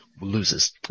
loses